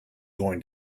going